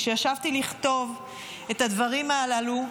כשישבתי לכתוב את הדברים הללו,